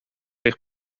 eich